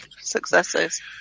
successes